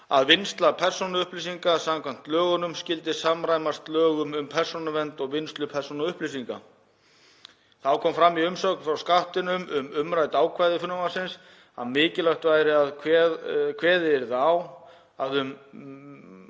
að vinnsla persónuupplýsinga samkvæmt lögunum skyldi samræmast lögum um persónuvernd og vinnslu persónuupplýsinga. Þá kom fram í umsögn frá Skattinum um umrædd ákvæði frumvarpsins að mikilvægt væri að kveðið yrði á um